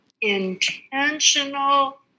intentional